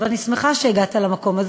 ואני שמחה שהגעת למקום הזה.